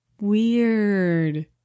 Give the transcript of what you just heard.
Weird